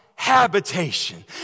habitation